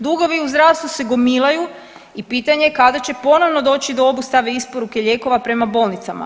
Dugovi u zdravstvu se gomilaju i pitanje kada će ponovno doći do obustave isporuke lijekova prema bolnica.